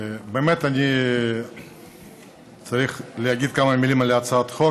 באמת אני צריך להגיד כמה מילים על הצעת החוק,